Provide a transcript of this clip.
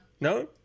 No